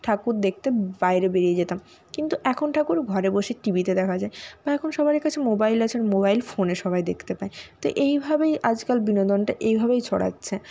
ঠাকুর দেখতে বাইরে বেরিয়ে যেতাম কিন্তু এখন ঠাকুর ঘরে বসে টিভিতে দেখা যায় বা এখন সবারই কাছে মোবাইল আছে আর মোবাইল ফোনে সবাই দেখতে পায় তো এইভাবেই আজকাল বিনোদনটা এইভাবেই ছড়াচ্ছে